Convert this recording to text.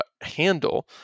handle